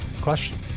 Question